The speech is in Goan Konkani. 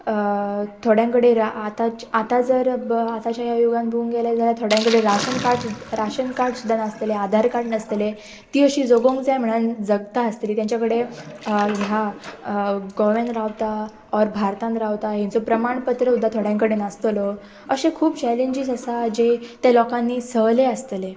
थोड्यां कडेन आतां आतां जर आतांच्या ह्या युगान पळोवंक गेलें जाल्यार थोड्यां कडेन राशन कार्ड राशन कार्ड सुद्दां नासतलें आधार कार्ड नासतले ती अशी जगोंक जाय म्हणन जगता आसतली तांच्या कडेन ह्या गोव्यान रावता ऑर भारतान रावता हाचो प्रमाणपत्र सुद्दां थोड्यां कडेन नासतलो अशें खूब चॅलेंजीस आसा जे ते लोकांनी सहले आसतले